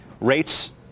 rates